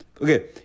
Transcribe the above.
Okay